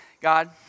God